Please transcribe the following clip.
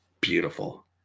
beautiful